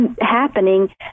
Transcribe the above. happening